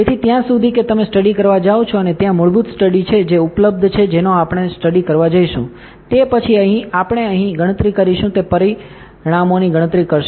તેથી ત્યાં સુધી કે તમે સ્ટડી કરવા જાઓ છો અને ત્યાં મૂળભૂત સ્ટડી છે જે ઉપલબ્ધ છે જેનો આપણે સ્ટડી કરવા જઈશું તે પછી આપણે અહીં ગણતરી કરીશું તે પરિણામોની ગણતરી કરશે